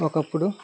ఒకప్పుడు